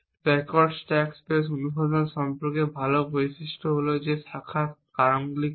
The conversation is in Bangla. ব্যাকওয়ার্ড স্ট্যাক স্পেস অনুসন্ধান সম্পর্কে ভাল বৈশিষ্ট্য হল যে শাখার কারণগুলি কম